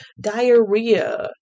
diarrhea